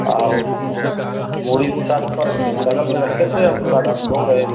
औ मूड़ी सर पर रखे बगल में रखे थे और उसके बाद हम सो गए